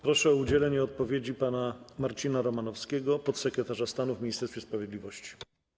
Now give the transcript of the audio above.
Proszę o udzielenie odpowiedzi pana Marcina Romanowskiego, podsekretarza stanu w Ministerstwie Sprawiedliwości.